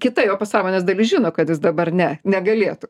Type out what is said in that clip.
kita jo pasąmonės dalis žino kad jis dabar ne negalėtų